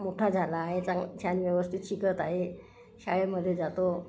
मोठा झाला आहे चांग छान व्यवस्थित शिकत आहे शाळेमध्ये जातो